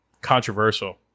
controversial